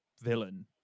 villain